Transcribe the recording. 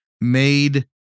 made